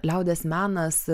liaudies menas